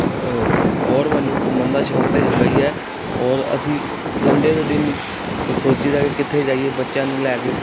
ਔਰ ਮੈਨੂੰ ਘੁੰਮਣ ਦਾ ਸ਼ੌਂਕ ਤਾਂ ਹੈਗਾ ਹੀ ਹੈ ਔਰ ਅਸੀਂ ਸੰਡੇ ਦੇ ਦਿਨ ਸੋਚੀ ਦਾ ਕਿੱਥੇ ਜਾਈਏ ਬੱਚਿਆਂ ਨੂੰ ਲੈ ਕੇ